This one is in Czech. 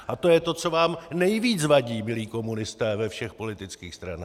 A to je to, co vám nejvíce vadí, milí komunisté ve všech politických stranách.